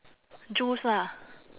juice ah